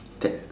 tel~